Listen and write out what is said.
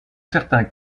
certains